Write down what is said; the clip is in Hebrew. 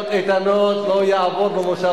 ממשיכים בסדר-היום.